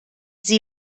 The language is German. sie